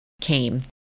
came